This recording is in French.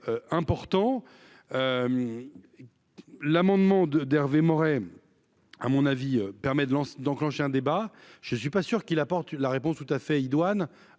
l'amendement de d'Hervé Maurey, à mon avis, permet de Lens d'enclencher un débat, je ne suis pas sûr qu'il apporte la réponse tout à fait idoine